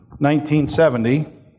1970